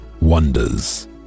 wonders